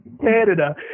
Canada